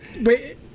Wait